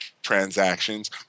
transactions